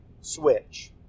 switch